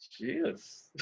Jesus